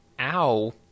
Ow